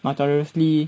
authoritatively